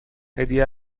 هدیه